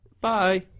bye